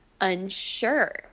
unsure